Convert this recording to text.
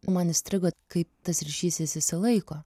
man įstrigo kaip tas ryšys jis išsilaiko